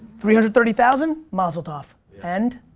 three hundred thirty thousand? mazel tov. and?